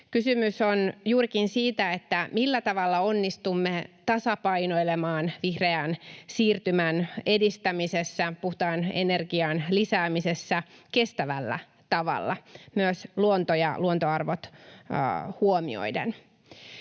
Kysymys on juurikin siitä, millä tavalla onnistumme tasapainoilemaan vihreän siirtymän edistämisessä, puhtaan energian lisäämisessä kestävällä tavalla, myös luonto ja luontoarvot huomioiden.